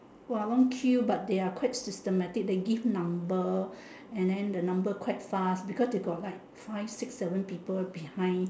!wah! long queue but they're quite systematic they give number and then the number quite fast because they got like five six seven people behind